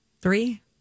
three